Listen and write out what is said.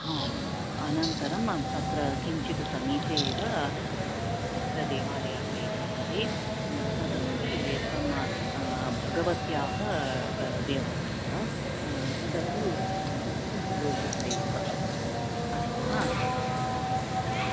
हां अनन्तरं तत्र किञ्चित् समीपे एव देवालयः इति अस्ति तदस्ति एकं भगवत्याः देवालयः तदपि दर्शनयोग्यः एव अस्तु वा